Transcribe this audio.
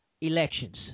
elections